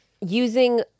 Using